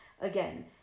again